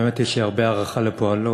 ובאמת יש לי הרבה הערכה לפועלו,